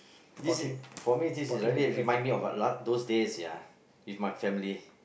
this for me this is likely a remind me of what those days ya with my family